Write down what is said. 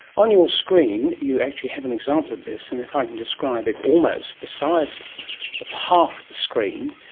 on your screen you actually have an example of this, and if i can describe it almost, the size of half the screen,